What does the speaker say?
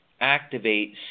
activate